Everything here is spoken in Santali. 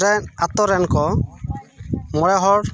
ᱨᱮᱱ ᱟᱹᱛᱩ ᱨᱮᱱ ᱠᱚ ᱢᱚᱬᱮ ᱦᱚᱲ